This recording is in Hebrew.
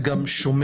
זה גם שומר,